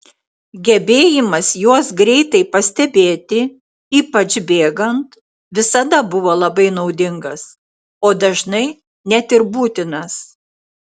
gebėjimas juos greitai pastebėti ypač bėgant visada buvo labai naudingas o dažnai net ir būtinas